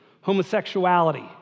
Homosexuality